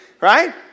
right